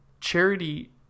Charity